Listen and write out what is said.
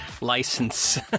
license